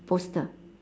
poster